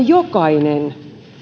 jokainen